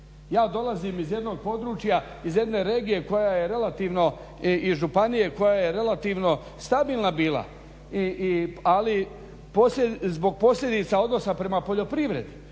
Ja dolazim iz jednog područja, iz jedne regije koja je relativno i županije koja je relativno stabilna bila ali zbog posljedica odnosa prema poljoprivredi